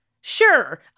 sure